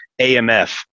AMF